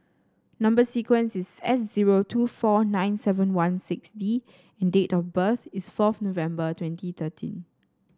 number sequence is S zero two four nine seven one six D and date of birth is fourth November twenty thirteen